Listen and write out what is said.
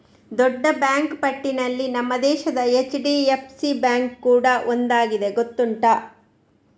ದೊಡ್ಡ ಬ್ಯಾಂಕು ಪಟ್ಟಿನಲ್ಲಿ ನಮ್ಮ ದೇಶದ ಎಚ್.ಡಿ.ಎಫ್.ಸಿ ಬ್ಯಾಂಕು ಕೂಡಾ ಒಂದಾಗಿದೆ ಗೊತ್ತುಂಟಾ